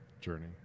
journey